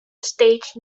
stage